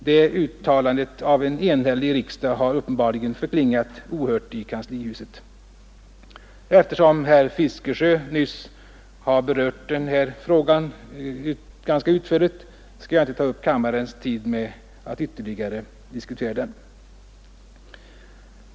Det uttalandet av en enhällig riksdag har uppenbarligen förklingat ohört i kanslihuset. Eftersom herr Fiskesjö nyss har berört den här frågan ganska utförligt skall jag inte ta upp kammarens tid med att ytterligare diskutera den.